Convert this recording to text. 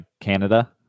Canada